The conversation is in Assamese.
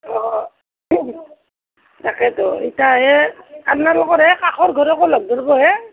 অঁ তাকেতো এতিয়া এই আপোনালোকৰ এই কাষৰ ঘৰকো লগ ধৰিবহে